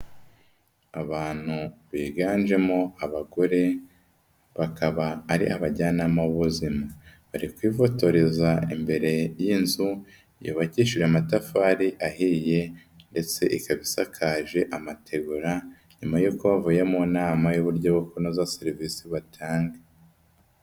Abantu biganjemo abagore, bakaba ari abajyanama b' buzima bari kwifotoreza imbere y'inzu yubakishije amatafari ahiye ndetse ikaba isakaje amategura, nyuma yo bavuye mu nama y'uburyo bwo kunoza serivisi batanga.